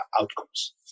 outcomes